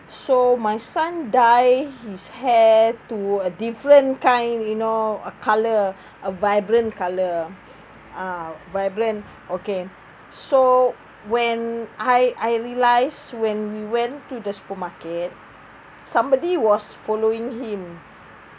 so my son dyed his hair to a different kind you know a colour a vibrant colour uh vibrant okay so when I I realised when we went to the supermarket somebody was following him